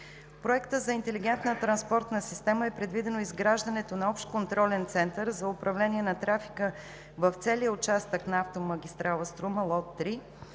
проекта за интелигентна транспортна система е предвидено изграждането на общ контролен център за управление на трафика в целия участък на автомагистрала „Струма“ –